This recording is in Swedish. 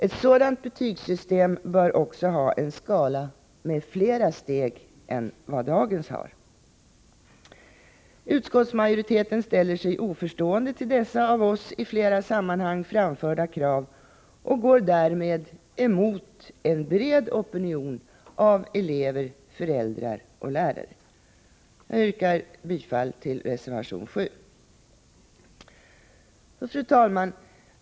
Ett sådant betygssystem bör också ha en skala med fler steg än dagens. Utskottsmajoriteten ställer sig oförstående till dessa av oss i flera sammanhang framförda krav och går därmed emot en bred opinion av elever, föräldrar och lärare. Jag yrkar bifall till reservation 6. Fru talman!